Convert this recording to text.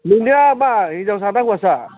नोंनिया मा हिन्जावसा ना हौवासा